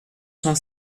cent